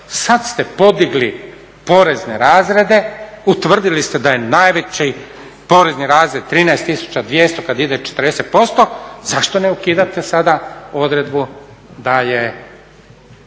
sad ste podigli porezne razrede, utvrdili ste da je najveći porezni razred 13200 kad ide 40% zašto ne ukidate sada odredbu da je